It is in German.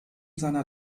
seiner